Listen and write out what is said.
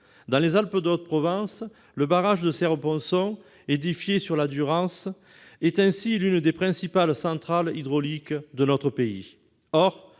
Dans les Alpes-de-Haute-Provence, le barrage de Serre-Ponçon, édifié sur la Durance, est l'une des principales centrales hydrauliques de notre pays.